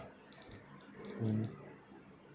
mm